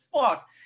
fuck